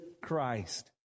Christ